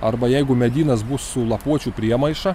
arba jeigu medynas bus su lapuočių priemaiša